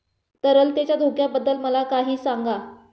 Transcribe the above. तरलतेच्या धोक्याबद्दल मला काही सांगा